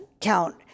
count